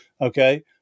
Okay